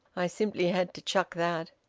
i simply had to chuck that.